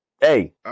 hey